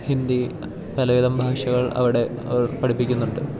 ഹിന്ദി പലവിധം ഭാഷകൾ അവിടെ അവർ പഠിപ്പിക്കുന്നുണ്ട്